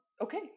okay